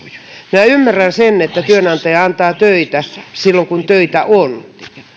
minä ymmärrän sen että työnantaja antaa töitä silloin kun töitä on